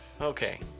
Okay